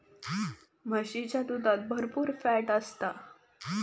म्हशीच्या दुधात भरपुर फॅट असता